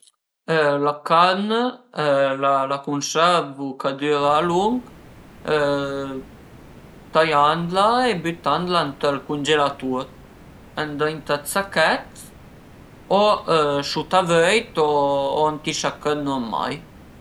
La carn la cunservu ch'a düra a lunch taiandla e bütandla ënt ël cungelatur ëndrinta dë sachèt o sut a vöit o ënt i sachèt nurmai